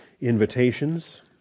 invitations